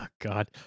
god